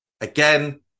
Again